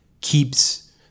keeps